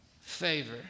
Favor